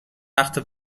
وقته